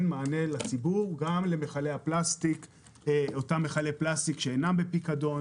מענה לציבור גם למכלי הפלסטיק שאינם בפיקדון,